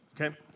okay